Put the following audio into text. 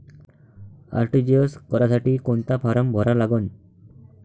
RTGS करासाठी कोंता form भरा लागन?